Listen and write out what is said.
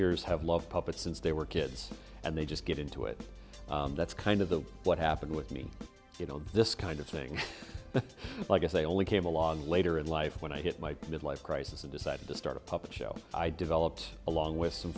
tears have love puppets since they were kids and they just get into it that's kind of the what happened with me you know this kind of thing if i guess they only came along later in life when i hit my midlife crisis and decided to start a puppet show i developed along with some